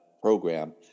program